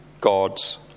God's